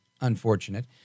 unfortunate